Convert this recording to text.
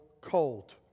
cold